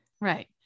right